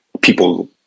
people